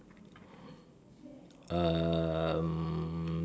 um